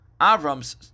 Avram's